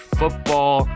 football